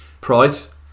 price